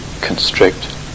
constrict